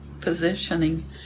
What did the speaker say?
positioning